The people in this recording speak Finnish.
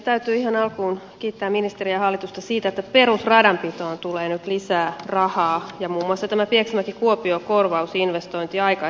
täytyy ihan alkuun kiittää ministeriä ja hallitusta siitä että perusradanpitoon tulee nyt lisää rahaa ja muun muassa tämä pieksämäkikuopio korvausinvestointi aikaistetaan